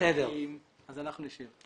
אנחנו נשב.